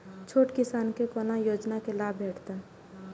छोट किसान के कोना योजना के लाभ भेटते?